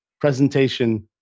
presentation